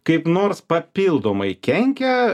kaip nors papildomai kenkia